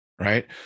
right